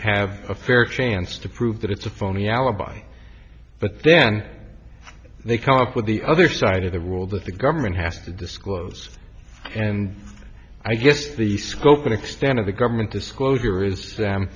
have a fair chance to prove that it's a phony alibi but then they come up with the other side of the world that the government has to disclose and i guess the scope and extent of the government disclosure is